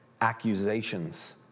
accusations